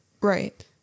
Right